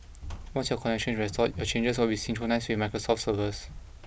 once your connection is restored your changes will be synchronised with Microsoft's servers